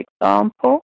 example